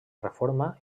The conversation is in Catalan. reforma